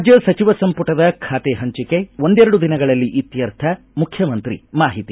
ರಾಜ್ಯ ಸಚಿವ ಸಂಪುಟದ ಖಾತೆ ಹಂಚಿಕೆ ಒಂದೆರಡು ದಿನಗಳಲ್ಲಿ ಇತ್ತರ್ಥ ಮುಖ್ಯಮಂತ್ರಿ ಮಾಹಿತಿ